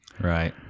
right